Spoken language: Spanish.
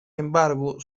embargo